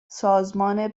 سازمان